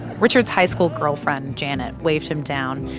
richard's high school girlfriend janet waved him down,